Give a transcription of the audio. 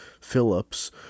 Phillips